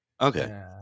okay